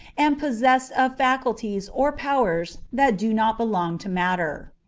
and possessed of faculties or powers that do not belong to matter.